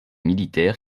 militaire